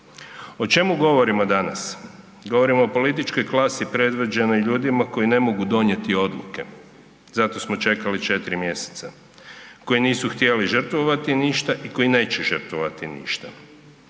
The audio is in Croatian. O čemu govorimo danas? Govorimo o političkoj klasi predvođenoj ljudima koji ne mogu donijeti odluke, zato smo čekati 4 mjeseca koji nisu htjeli žrtvovati ništa i koji neće žrtvovati ništa.